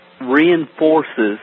reinforces